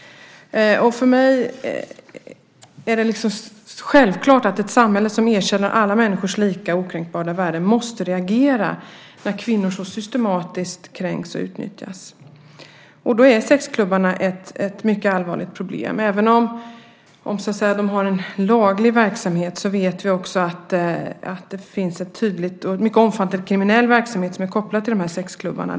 För mig är det självklart att ett samhälle som erkänner alla människors lika och okränkbara värde måste reagera när kvinnor så systematiskt kränks och utnyttjas, och då är sexklubbarna ett mycket allvarligt problem. Även om de har en laglig verksamhet, vet vi att det finns en tydlig och mycket omfattande kriminell verksamhet som är kopplad till de här sexklubbarna.